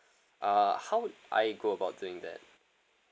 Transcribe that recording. uh how would I go about doing that